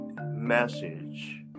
message